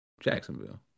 Jacksonville